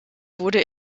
wurde